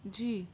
جی